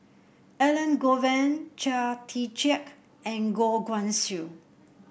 Elangovan Chia Tee Chiak and Goh Guan Siew